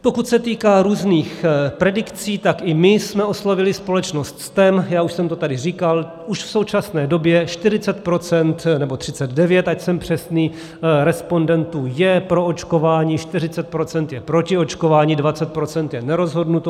Pokud se týká různých predikcí, tak i my jsme oslovili společnost STEM, já už jsem to tady říkal, už v současné době 40 procent nebo 39, ať jsem přesný respondentů je pro očkování, 40 procent je proti očkování, 20 procent je nerozhodnuto.